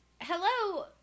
hello